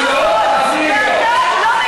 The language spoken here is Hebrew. הוא לא נותן --- רבותי,